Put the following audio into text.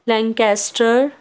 link astor